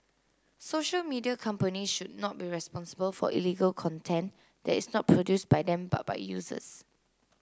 social media company should not be responsible for illegal content that is not produced by them but by users